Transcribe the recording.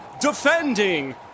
defending